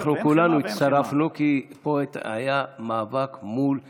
פה כולנו הצטרפנו, כי פה היה מאבק מול יצרנים,